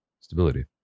Stability